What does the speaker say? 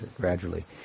gradually